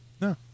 No